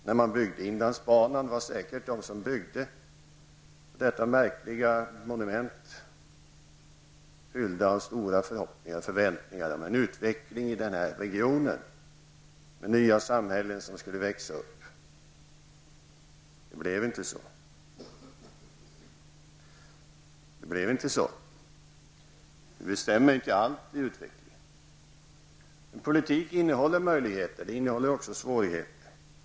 De som byggde inlandsbanan, detta märkliga monument, var säkert fyllda av stora förhoppningar och förväntningar om en utveckling i den här regionen med nya samhällen som skulle växa upp. Det blev inte så. Vi politiker beslutar inte över allt i utvecklingen. Politik innehåller visserligen möjligheter, men också svårigheter.